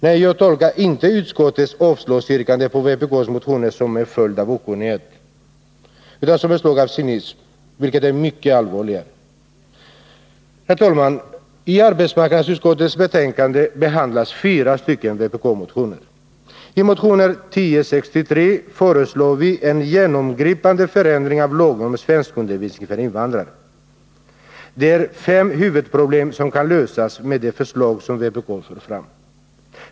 Nej, jag tolkar inte utskottets avslagsyrkanden på vpk:s motioner som en följd av okunnighet, utan som ett utslag av cynism — vilket är mycket allvarligare. Herr talman! I arbetsmarknadsutskottets betänkande behandlas fyra vpk-motioner. I motion 1063 föreslår vi en genomgripande förändring av lagen om svenskundervisning för invandrare. Det är fem huvudproblem som kan lösas med det förslag som vpk för fram.